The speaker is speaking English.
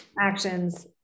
actions